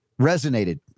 resonated